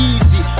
Easy